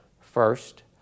First